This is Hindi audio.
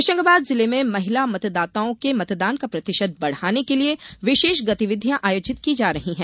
होशंगाबाद जिले में महिला मतदाओं के मतदान का प्रतिशत बढ़ाने के लिए विशेष गतिविधियां आयोजित की जा रही हैं